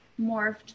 morphed